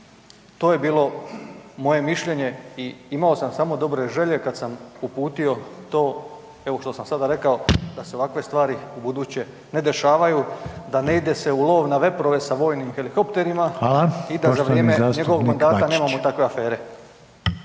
to je bilo moje mišljenje i imao sam samo dobro želje kad sam uputio to evo što sam sada rekao da se ovakve stvari ubuduće ne dešavaju, da ne ide se u lov na veprove sa vojnim helikopterima .../Upadica: Hvala. Poštovani